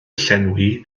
llenwi